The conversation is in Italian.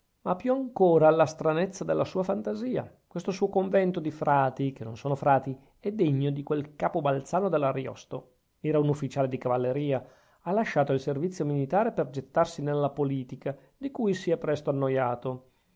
ma più ancora alla stranezza della sua fantasia questo suo convento di frati che non son frati è degno di quel capo balzano dell'ariosto era un ufficiale di cavalleria ha lasciato il servizio militare per gettarsi nella politica di cui si è presto annoiato